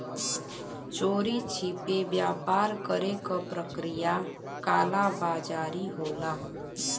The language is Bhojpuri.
चोरी छिपे व्यापार करे क प्रक्रिया कालाबाज़ारी होला